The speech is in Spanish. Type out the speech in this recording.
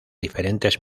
diferentes